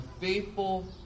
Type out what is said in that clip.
faithful